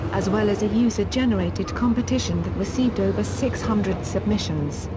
as well as a user-generated competition that received over six hundred submissions,